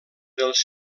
dels